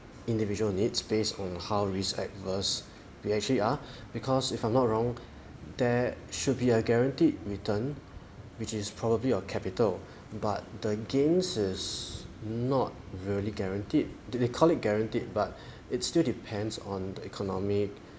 individual needs based on how risk adverse be actually ah because if I'm not wrong there should be a guaranteed return which is probably or capital but the gains is not really guaranteed do they call it guaranteed but it still depends on the economic